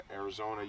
Arizona